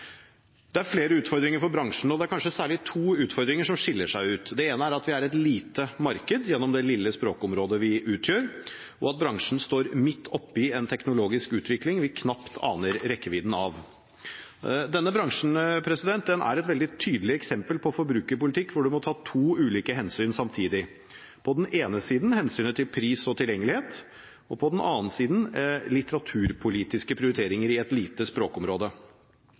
Det er flere utfordringer for bransjen, og det er kanskje særlig to utfordringer som skiller seg ut. Den ene er at vi er et lite marked gjennom det lille språkområdet vi utgjør, og den andre at bransjen står midt oppi en teknologisk utvikling vi knapt aner rekkevidden av. Denne bransjen er et veldig tydelig eksempel på forbrukerpolitikk hvor man må ta to ulike hensyn samtidig – på den ene siden hensynet til pris og tilgjengelighet og på den annen side litteraturpolitiske prioriteringer i et lite språkområde.